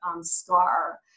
scar